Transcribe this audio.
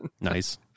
Nice